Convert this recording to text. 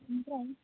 ओमफ्राय